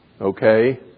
Okay